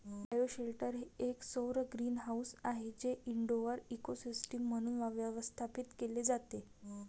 bioshelter हे एक सौर ग्रीनहाऊस आहे जे इनडोअर इकोसिस्टम म्हणून व्यवस्थापित केले जाते